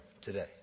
today